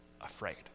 afraid